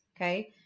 okay